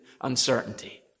uncertainty